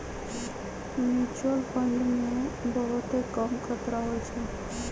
mutual fund मे बहुते कम खतरा होइ छइ